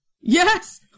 Yes